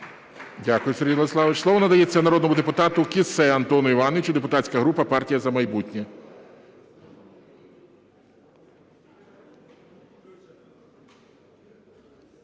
Дякую, Сергій Владиславович. Слово надається народному депутату Кіссе Антону Івановичу, депутатська група "Партія "За майбутнє".